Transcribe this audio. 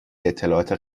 اطلاعات